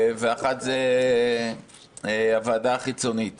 והשני זה הוועדה החיצונית